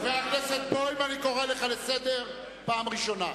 חבר הכנסת בוים, אני קורא אותך לסדר פעם ראשונה.